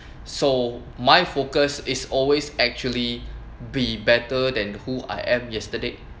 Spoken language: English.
so my focus is always actually be better than who I am yesterday